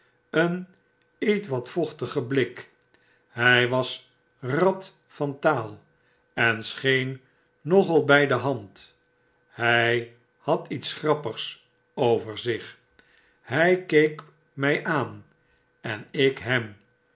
een ietwat vochtigen blik hy was rad van taal en scheen nogal by de hand hij had i'ets gprappigs over zich hy keek raij aan en ik hem